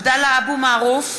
עבדאללה אבו מערוף,